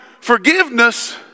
forgiveness